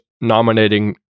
nominating